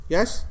Yes